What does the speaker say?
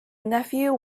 nephew